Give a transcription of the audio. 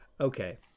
Okay